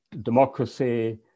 democracy